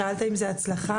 שאלת אם זה הצלחה,